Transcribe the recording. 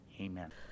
Amen